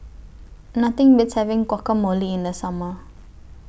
Nothing Beats having Guacamole in The Summer